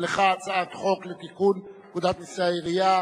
גם לך הצעת חוק לתיקון פקודת מסי העירייה